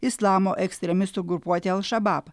islamo ekstremistų grupuotė al šabab